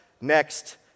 next